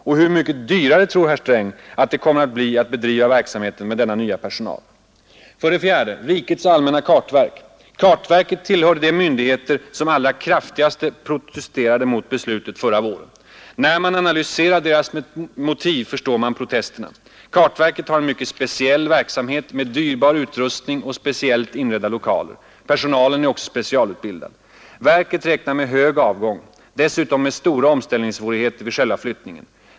Och hur mycket dyrare tror herr Sträng att det kommer att bli att bedriva verksamheten med denna nya personal? Kartverket tillhörde de myndigheter som allra kraftigast protesterade mot beslutet förra våren. När man analyserar dess motiv förstår man protesterna. Kartverket har en mycket speciell verksamhet med dyrbar utrustning och speciellt inredda lokaler. Personalen är också specialutbildad. Verket räknar med hög avgång och dessutom med stora omställningssvårigheter vid själva flyttningen.